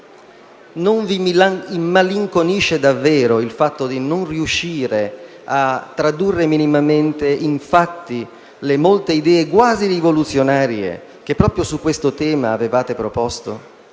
Non vi immalinconisce davvero il fatto di non riuscire a tradurre minimamente in fatti le molte idee quasi rivoluzionarie che proprio su questo tema avevate proposto?